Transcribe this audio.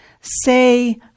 say